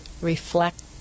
reflect